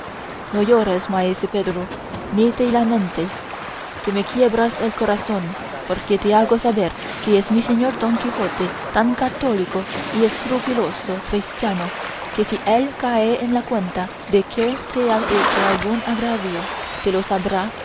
no llores maese pedro ni te lamentes que me quiebras el corazón porque te hago saber que es mi señor don quijote tan católico y escrupuloso cristiano que si él cae en la cuenta de que te ha hecho algún agravio te lo sabrá